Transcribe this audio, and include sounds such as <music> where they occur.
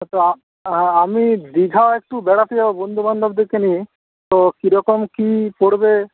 তো <unintelligible> আমি দীঘা একটু বেড়াতে যাব বন্ধুবান্ধবদেরকে নিয়ে তো কিরকম কি পড়বে